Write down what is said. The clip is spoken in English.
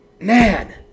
man